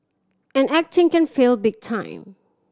and acting can fail big time